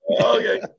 Okay